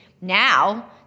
now